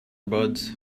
buds